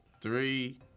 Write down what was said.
Three